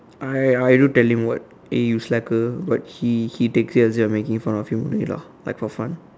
I I do tell him what eh you slacker but he he takes it as if only I making fun of him only lah like for fun